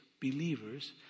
believers